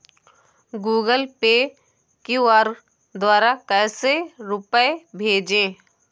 Google Pay QR द्वारा कैसे रूपए भेजें?